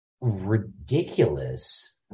ridiculous